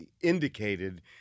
indicated